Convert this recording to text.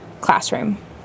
classroom